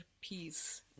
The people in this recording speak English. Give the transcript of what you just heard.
peace